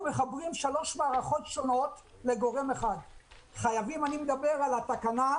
אנחנו מחברים שלוש מערכות שונות לגורם אחד - אני מדבר על התקנה,